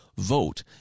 Vote